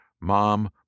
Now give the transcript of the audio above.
Mom